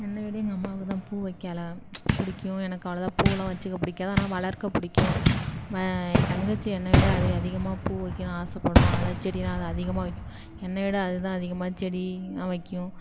என்னைவிட எங்கள் அம்மாவுக்குதான் பூ வைக்க அல பிடிக்கும் எனக்கு அவ்வளதா பூவெல்லாம் வச்சுக்க பிடிக்காது ஆனால் வளர்க்க பிடிக்கும் ம என் தங்கச்சி என்னைவிட அதி அதிகமாக பூ வைக்கணும் ஆசைப்படும் அதனால செடியெல்லாம் அது அதிகமாக வைக்கும் என்னைவிட அதுதான் அதிகமாக செடியெல்லாம் வைக்கும்